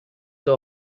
they